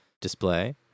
display